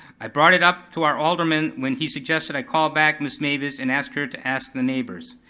i brought it up to our alderman when he suggested i call back miss mavis and ask her to ask the neighbors.